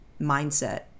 mindset